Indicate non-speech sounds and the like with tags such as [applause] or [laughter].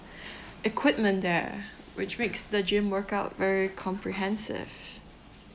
[breath] equipment there which makes the gym workout very comprehensive